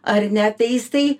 ar ne tai jisai